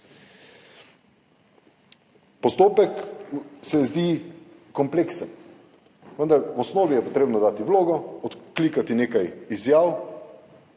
Postopek se zdi kompleksen, vendar v osnovi je potrebno dati vlogo, poklikati nekaj izjav,